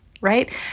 right